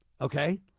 okay